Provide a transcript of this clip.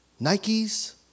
Nikes